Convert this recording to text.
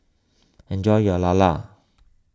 enjoy your Lala